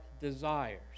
desires